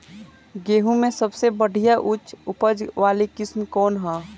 गेहूं में सबसे बढ़िया उच्च उपज वाली किस्म कौन ह?